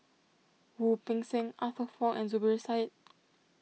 Wu Peng Seng Arthur Fong and Zubir Said